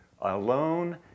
alone